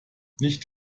nicht